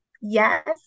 yes